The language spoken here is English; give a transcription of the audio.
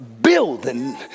building